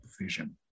vision